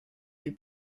que